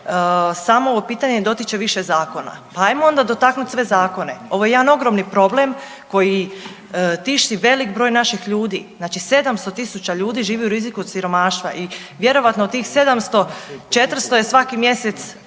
samo ovo pitanje dotiče više zakona, pa hajmo onda dotaknut sve zakone. Ovo je jedan ogromni problem koji tišti velik broj naših ljudi. Znači 700 000 ljudi živi u riziku od siromaštva i vjerojatno od tih 700, 400 svaki mjesec